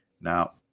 Now